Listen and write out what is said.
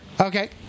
Okay